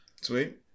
sweet